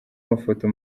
amafoto